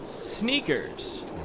Sneakers